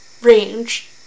range